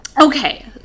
okay